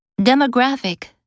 Demographic